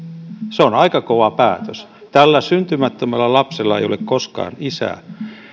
se on aika kova päätös tällä syntymättömällä lapsella ei ole koskaan isää